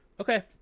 okay